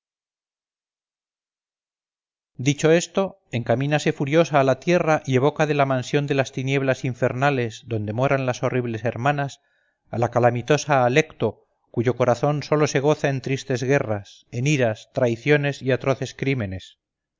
dicho esto encamínase furiosa a la tierra y evoca de la mansión de las tinieblas infernales donde moran las horribles hermanas a la calamitosa alecto cuyo corazón sólo se goza en tristes guerras en iras traiciones y atroces crímenes